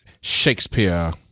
Shakespeare